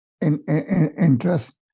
interest